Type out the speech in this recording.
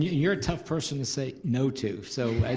you're a tough person to say no to, so